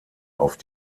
auf